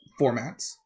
formats